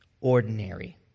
ordinary